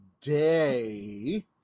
day